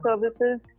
services